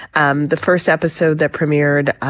um the first episode that premiered